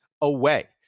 away